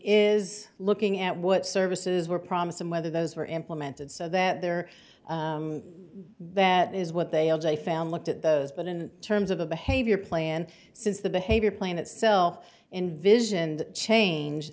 is looking at what services were promised and whether those were implemented so that they're that is what they are they found look at those but in terms of a behavior plan since the behavior playing itself in vision and change